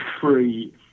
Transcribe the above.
free